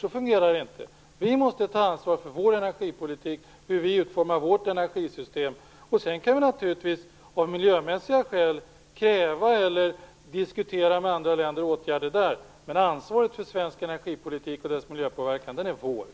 Så fungerar det inte. Vi måste ta ansvar för vår energipolitik och för hur vi utformar vårt energisystem. Vi kan naturligtvis av miljömässiga skäl kräva eller diskutera åtgärder av andra länder, men ansvaret för svensk energipolitik och dess miljöpåverkan är vårt.